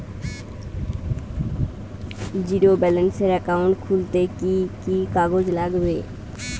Zero ব্যালেন্সের account খুলতে কি কি কাগজ লাগবে?